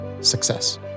success